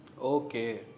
Okay